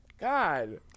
God